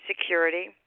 security